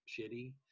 shitty